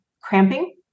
cramping